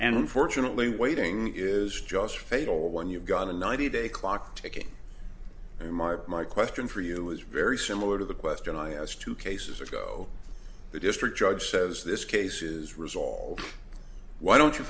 and unfortunately waiting is just fatal when you've got a ninety day clock ticking and mark my question for you is very similar to the question i asked two cases ago the district judge says this case is resolved why don't you